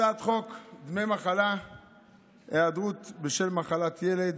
הצעת חוק דמי מחלה (היעדרות בשל מחלת ילד)